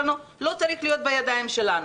זה ברור, לא על זה.